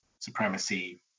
supremacy